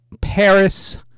Paris